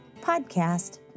podcast